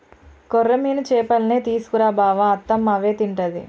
కొర్రమీను చేపల్నే తీసుకు రా బావ అత్తమ్మ అవే తింటది